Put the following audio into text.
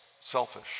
selfish